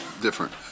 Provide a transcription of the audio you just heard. different